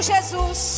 Jesus